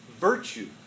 virtue